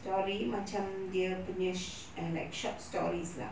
story macam dia punya sh~ like short stories lah